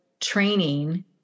training